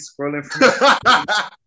scrolling